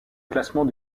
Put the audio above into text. classement